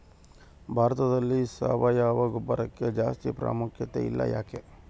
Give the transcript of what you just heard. ಭಾರತದಲ್ಲಿ ಸಾವಯವ ಗೊಬ್ಬರಕ್ಕೆ ಜಾಸ್ತಿ ಪ್ರಾಮುಖ್ಯತೆ ಇಲ್ಲ ಯಾಕೆ?